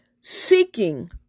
seeking